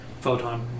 Photon